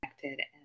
connected